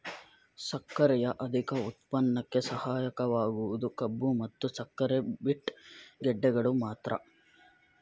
ಸಕ್ಕರೆಯ ಅಧಿಕ ಉತ್ಪನ್ನಕ್ಕೆ ಸಹಾಯಕವಾಗುವುದು ಕಬ್ಬು ಮತ್ತು ಸಕ್ಕರೆ ಬೀಟ್ ಗೆಡ್ಡೆಗಳು ಮಾತ್ರ